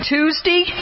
Tuesday